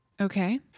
Okay